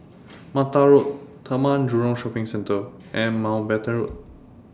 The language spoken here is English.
Mata Road Taman Jurong Shopping Centre and Mountbatten Road